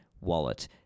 wallet